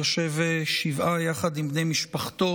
היושב שבעה יחד עם בני משפחתו